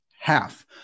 half